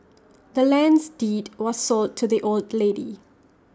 the land's deed was sold to the old lady